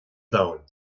domhan